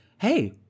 hey